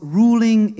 ruling